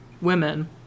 women